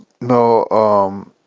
No